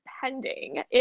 pending